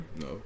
No